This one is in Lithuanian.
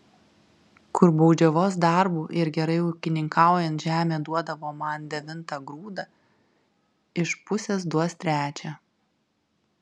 kur baudžiavos darbu ir gerai ūkininkaujant žemė duodavo man devintą grūdą iš pusės duos trečią